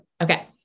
Okay